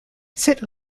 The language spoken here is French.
cette